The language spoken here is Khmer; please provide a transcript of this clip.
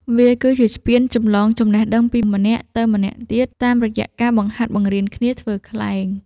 វាគឺជាស្ពានចម្លងចំណេះដឹងពីម្នាក់ទៅម្នាក់ទៀត តាមរយៈការបង្ហាត់បង្រៀនគ្នាធ្វើខ្លែង។